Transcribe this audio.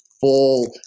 full